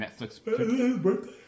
Netflix